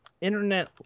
internet